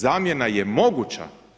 Zamjena je moguća.